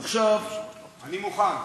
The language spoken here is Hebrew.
עכשיו, אני מוכן.